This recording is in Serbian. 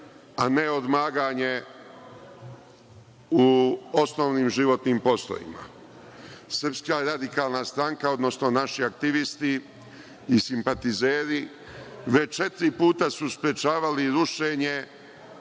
a ne odmaganje u osnovnim životnim poslovima? Srpska radikalna stranka, odnosno naši aktivisti i simpatizeri već četiri puta su sprečavali rušenje